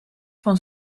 van